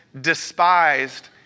despised